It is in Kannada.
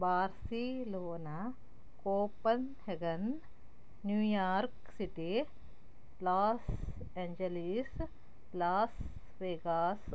Barcelona Copenhagen New York city Los Angeles Las Vegas